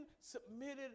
submitted